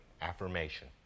affirmation